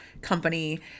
company